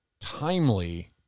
timely